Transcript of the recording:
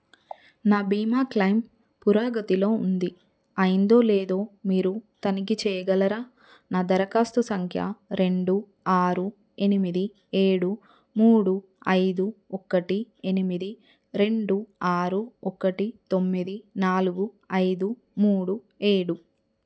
నా బీమా క్లైమ్ పురోగతిలో ఉంది అయిందో లేదో మీరు తనిఖీ చేయగలరా నా దరఖాస్తు సంఖ్య రెండు ఆరు ఎనిమిది ఏడు మూడు ఐదు ఒకటి ఎనిమిది రెండు ఆరు ఒకటి తొమ్మిది నాలుగు ఐదు మూడు ఏడు